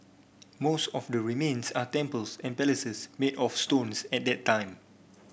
most of the remains are temples and palaces made of stones at that time